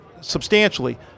substantially